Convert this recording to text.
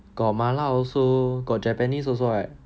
got 麻辣 also got japanese also right